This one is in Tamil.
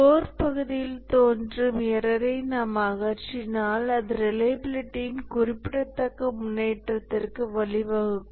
கோர் பகுதியில் தோன்றும் எரர்ரை நாம் அகற்றினால் அது ரிலையபிலிட்டியின் குறிப்பிடத்தக்க முன்னேற்றத்திற்கு வழிவகுக்கும்